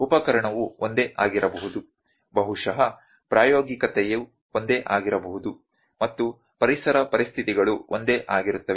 ಉಪಕರಣವು ಒಂದೇ ಆಗಿರಬಹುದು ಬಹುಶಃ ಪ್ರಾಯೋಗಿಕತೆಯು ಒಂದೇ ಆಗಿರಬಹುದು ಮತ್ತು ಪರಿಸರ ಪರಿಸ್ಥಿತಿಗಳು ಒಂದೇ ಆಗಿರುತ್ತವೆ